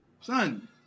Son